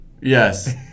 Yes